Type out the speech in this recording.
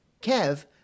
Kev